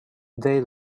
they